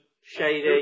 Shady